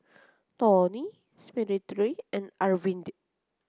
Dhoni Smriti and Arvind